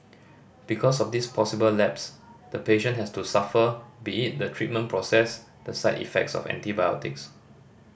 because of this possible lapse the patient has to suffer be it the treatment process the side effects of antibiotics